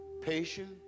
patience